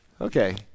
Okay